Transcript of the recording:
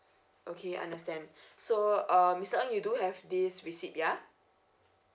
okay I understand so uh mister ng you do have this receipt ya